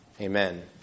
Amen